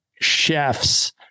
chefs